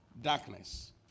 darkness